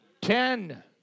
ten